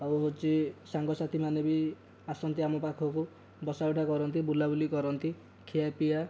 ଆଉ ହେଉଛି ସାଙ୍ଗସାଥି ମାନେ ବି ଆସନ୍ତି ଆମ ପାଖକୁ ବସାଉଠା କରନ୍ତି ବୁଲାବୁଲି କରନ୍ତି ଖିଆପିଆ